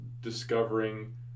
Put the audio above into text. discovering